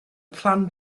planned